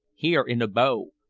here, in abo.